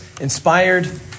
inspired